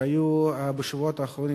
שהיינו עדים לה בשבועות האחרונים,